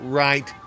right